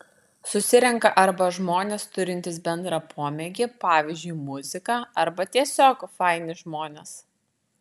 susirenka arba žmonės turintys bendrą pomėgį pavyzdžiui muziką arba tiesiog faini žmonės